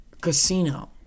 Casino